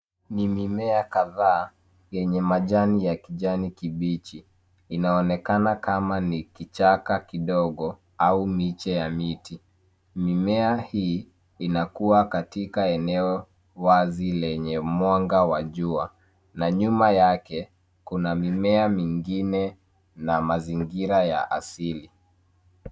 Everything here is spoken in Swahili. Ni mimea kadhaa yenye majani ya kijani kibichi, inaonekana kama ni kichaka kidogo au miche ya miti. Mimea hii inakua katika eneo wazi lenye mwanga wa jua. Na nyuma yake kuna mimea mingine na mazingira ya asili.